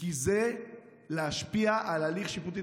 כי זה יכול להשפיע על הליך שיפוטי.